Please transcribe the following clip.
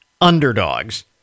underdogs